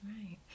right